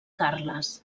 carles